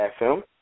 FM